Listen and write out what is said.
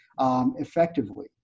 Effectively